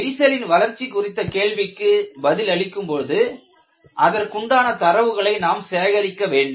விரிசலின் வளர்ச்சி குறித்த கேள்விக்கு பதிலளிக்கும்போது அதற்குண்டான தரவுகளை நாம் சேகரிக்க வேண்டும்